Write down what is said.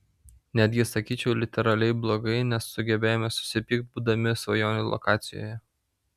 netgi sakyčiau literaliai blogai nes sugebėjome susipykt būdami svajonių lokacijoje